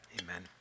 Amen